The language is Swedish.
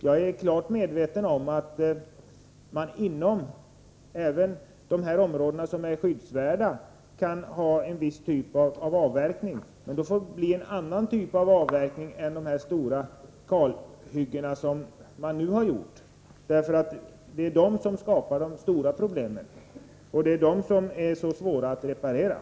Jag är klart medveten om att man även inom de områden som är skyddsvärda kan tillåta en viss typ av avverkning, men då får det bli en annan typ av avverkning än de stora kalhyggen som nu har uppkommit. De är svåra att reparera och skapar stora problem.